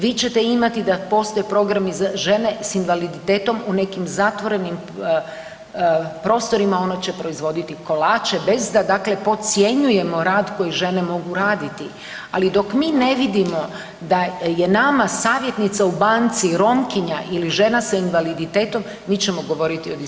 Vi ćete imati da postoje programi za žene s invaliditetom u nekim zatvorenim prostorima, one će proizvoditi kolače bez da dakle podcjenjujemo rad koji žene mogu raditi, ali dok mi ne vidimo da je nama savjetnica u banci Romkinja ili žena s invaliditetom mi ćemo govoriti o diskriminaciji.